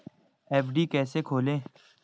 FD कैसे खोलें?